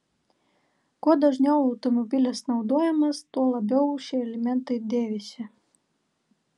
kuo dažniau automobilis naudojamas tuo labiau šie elementai dėvisi